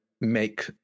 make